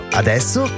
adesso